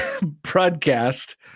broadcast